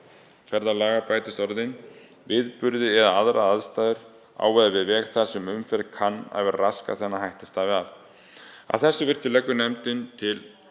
umferðarlaga bætist orðin: viðburði eða aðrar aðstæður á eða við veg þar sem umferð kann að vera raskað þannig að hætta stafi af. Að þessu virtu leggur nefndin til